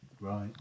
Right